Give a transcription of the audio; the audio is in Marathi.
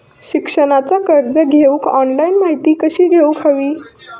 शिक्षणाचा कर्ज घेऊक ऑनलाइन माहिती कशी घेऊक हवी?